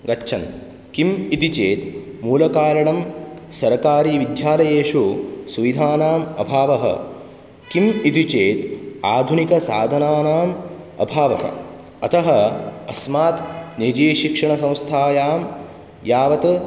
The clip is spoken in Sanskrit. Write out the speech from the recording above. गच्छन् किम् इति चेत् मूलकारणं सर्कारीविद्यालयेषु सुविधानाम् अभावः किम् इति चेत् आधुनिकसाधनानाम् अभावः अतः अस्मात् नैजशिक्षणव्यवस्थायां यावत्